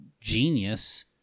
genius